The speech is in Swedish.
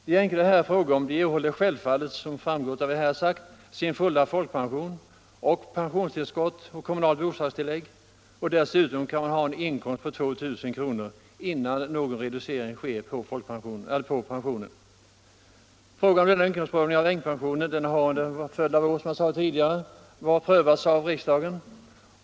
De änkor det här är fråga om erhåller självfallet, som framgått av vad jag sagt, sin fulla folkpension med pensionstillskott och kommunalt bostadstillägg, och dessutom kan vederbörande ha en inkomst på 2 000 kr. innan någon reducering av pensionen sker. Frågan om inkomstprövning av änkepension har under en lång följd av år, som jag sade, prövats av riksdagen.